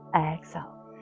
exhale